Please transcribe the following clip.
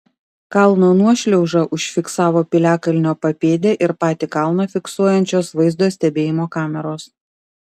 kalno nuošliaužą užfiksavo piliakalnio papėdę ir patį kalną fiksuojančios vaizdo stebėjimo kameros